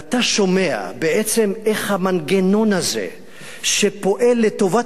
ואתה שומע בעצם איך המנגנון הזה פועל לטובת